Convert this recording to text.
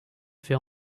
fait